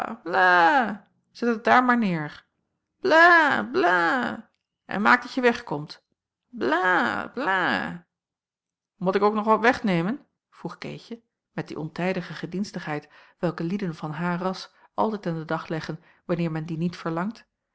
zet het daar maar neêr blae blae en maak dat je wegkomt blae blae mot ik ook nog wat wegnemen vroeg keetje met die ontijdige gedienstigheid welke lieden van haar ras altijd aan den dag leggen wanneer men die niet verlangt